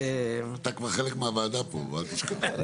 אתה כבר חלק מהוועדה פה, אל תשכח.